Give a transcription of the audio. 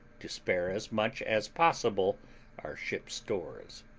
to spare as much as possible our ship's stores.